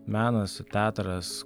menas teatras